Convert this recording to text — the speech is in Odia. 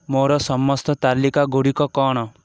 ମୋର ସମସ୍ତ ତାଲିକା ଗୁଡ଼ିକ କ'ଣ